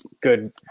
good